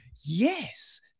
yes